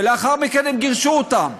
ולאחר מכן הם גירשו אותם.